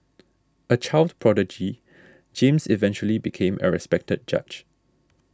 a child prodigy James eventually became a respected judge